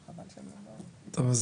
טוב,